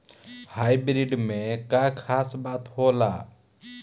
Hybrid में का खास बात होला?